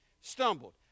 stumbled